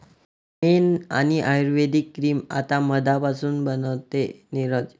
मेण आणि आयुर्वेदिक क्रीम आता मधापासून बनते, नीरज